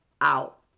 out